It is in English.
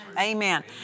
Amen